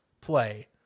play